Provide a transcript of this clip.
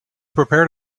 prepared